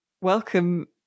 welcome